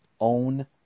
own